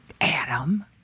Adam